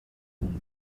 хүн